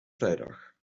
vrijdag